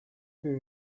will